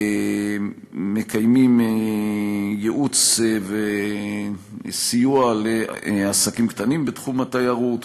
מקיימים ייעוץ וסיוע לעסקים קטנים בתחום התיירות.